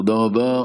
תודה רבה.